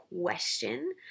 question